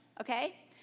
Okay